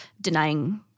denying